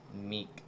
meek